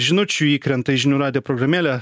žinučių įkrenta į žinių radijo programėlę